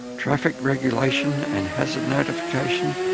traffic regulation and hazard notification,